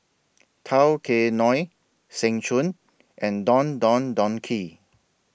Tao Kae Noi Seng Choon and Don Don Donki